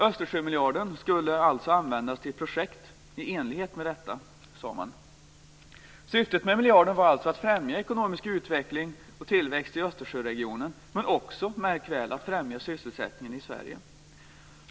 Östersjömiljarden skulle alltså användas till projekt i enlighet med detta, sade man. Syftet med miljarden var alltså att främja ekonomisk utveckling och tillväxt i Östersjöregionen men också - märk väl! - att främja sysselsättningen i Sverige.